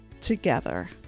together